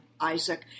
Isaac